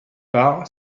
par